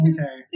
Okay